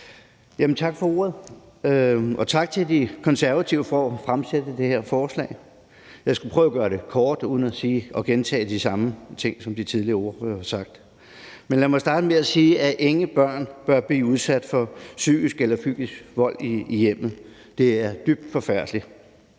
Tak for ordet, og tak til De Konservative for at fremsætte det her forslag. Jeg skal prøve at gøre det kort og uden at gentage de ting, som de tidligere ordførere har sagt. Lad mig starte med at sige, at ingen børn bør blive udsat for psykisk eller fysisk vold i hjemmet. Det er dybt forfærdeligt.